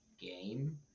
game